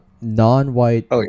non-white